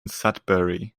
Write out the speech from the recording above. sudbury